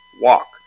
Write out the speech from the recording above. walk